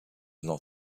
not